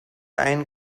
einen